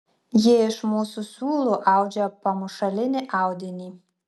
ji iš mūsų siūlų audžia pamušalinį audinį